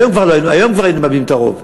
היום כבר היינו מאבדים את הרוב.